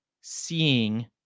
seeing